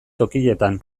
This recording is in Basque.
tokietan